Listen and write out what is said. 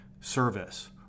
service